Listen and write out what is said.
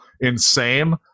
insane